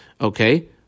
Okay